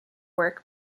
work